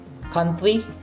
country